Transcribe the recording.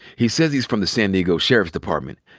he says he's from the san diego sheriff's department,